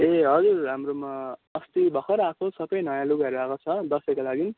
ए हजुर हाम्रोमा अस्ति भर्खर आएको सबै नयाँ लुगाहरू आएको छ दसैँको लागि